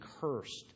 cursed